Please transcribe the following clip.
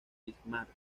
bismarck